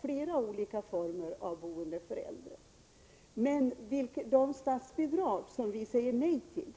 flera former av boende för äldre. De statsbidrag som vi säger nej till